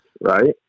right